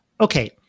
Okay